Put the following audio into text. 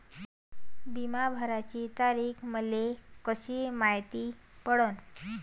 बिमा भराची तारीख मले कशी मायती पडन?